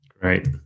great